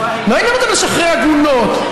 לא עניין אותם לשחרר עגונות,